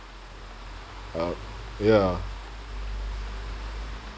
uh ya